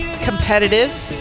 competitive